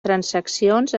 transaccions